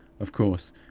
of course,